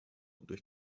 durch